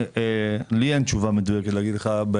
לי אין תשובה מדויקת לתת לך.